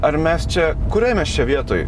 ar mes čia kurioje mes čia vietoj